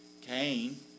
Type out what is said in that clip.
Cain